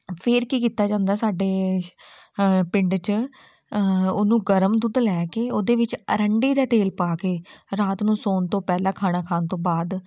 ਫਿਰ ਕੀ ਕੀਤਾ ਜਾਂਦਾ ਸਾਡੇ ਪਿੰਡ 'ਚ ਉਹਨੂੰ ਗਰਮ ਦੁੱਧ ਲੈ ਕੇ ਉਹਦੇ ਵਿੱਚ ਅਰੰਡੀ ਦਾ ਤੇਲ ਪਾ ਕੇ ਰਾਤ ਨੂੰ ਸੋਣ ਤੋਂ ਪਹਿਲਾਂ ਖਾਣਾ ਖਾਣ ਤੋਂ ਬਾਅਦ